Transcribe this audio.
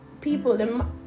people